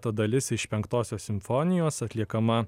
ta dalis iš penktosios simfonijos atliekama